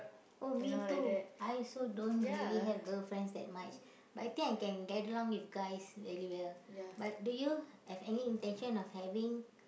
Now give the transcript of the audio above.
oh me too I also don't really have girl friends that much but I think I can get along with guys very well but do you have any intention of having